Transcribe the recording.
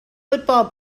football